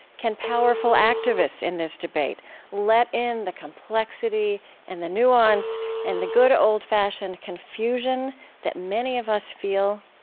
can powerful activists in this debate let in the complexity and the nuance and the good old-fashioned confusion that many of us feel?